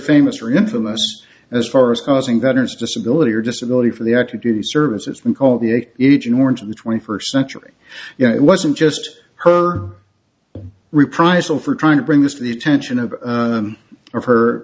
famous or infamous as far as causing veterans disability or disability for the active duty service it's been called the a agent orange in the twenty first century you know it wasn't just her reprisal for trying to bring this to the attention of